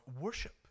worship